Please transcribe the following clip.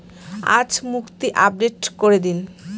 আজ মুক্তি আপডেট করে দিন